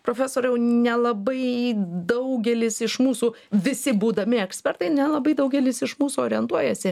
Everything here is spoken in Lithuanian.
profesoriau nelabai daugelis iš mūsų visi būdami ekspertai nelabai daugelis iš mūsų orientuojasi